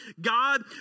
God